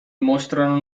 mostrano